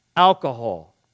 alcohol